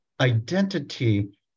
identity